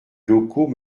locaux